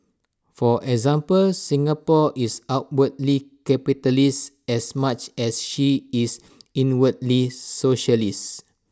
for example Singapore is outwardly capitalist as much as she is inwardly socialists